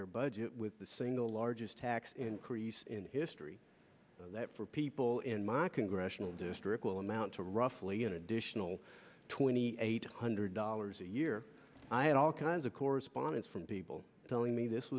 their budget with the single largest tax increase in history that for people in my congressional district will amount to roughly an additional twenty eight hundred dollars a year i had all kinds of correspondence from people telling me this